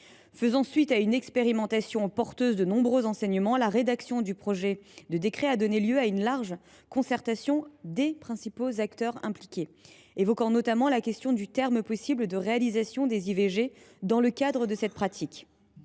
faisant suite à une expérimentation porteuse de nombreux enseignements, a donné lieu à une large concertation avec les principaux acteurs impliqués, évoquant notamment la question du terme possible de réalisation des IVG dans le cadre de cette pratique.